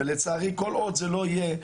ולצערי כל עוד זה לא יהיה,